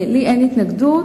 לי אין התנגדות,